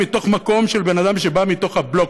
ממקום של בן אדם שבא מתוך הבלוק,